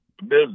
business